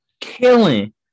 Killing